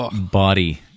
body